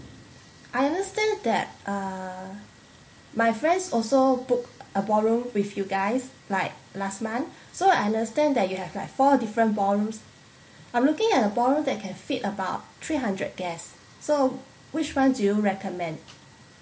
I understand that uh my friends also booked a ballroom with you guys like last month so I understand that you have like four different ballrooms I'm looking at a ballroom that can fit about three hundred guests so which one do you recommend